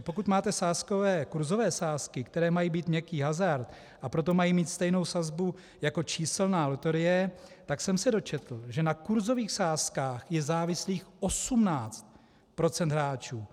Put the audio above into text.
Pokud máte kurzové sázky, které mají být měkký hazard, a proto mají mít stejnou sazbu jako číselná loterie, tak jsem se dočetl, že na kurzových sázkách je závislých 18 % hráčů.